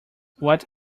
what